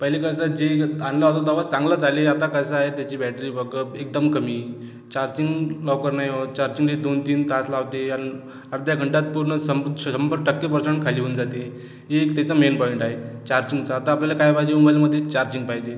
पहिले कसं जे आणला होता तेव्हा चांगला चाले आता कसं आहे त्याची बॅटरी बकअप एकदम कमी चार्जिंग लवकर नाही होत चार्जिंगला दोन तीन तास लावते आणि अर्ध्या घंट्यात पूर्ण सं शंभर टक्के पर्सेंट खाली होऊन जाते हे एक तिचं मेन पॉइंट आहे चार्जिंगचा तर आपल्याला काय पाहिजे मोबाईलमध्ये चार्जिंग पाहिजे